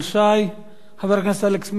חבר הכנסת אלכס מילר, בבקשה.